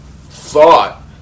thought